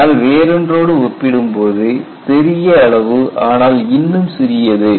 ஆனால் வேறொன்றோடு ஒப்பிடும்போது பெரிய அளவு ஆனால் இன்னும் சிறியது